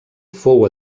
fou